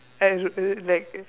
I like